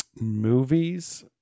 Movies